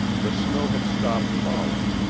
the snow had stopped falling,